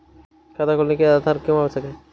खाता खोलने के लिए आधार क्यो आवश्यक है?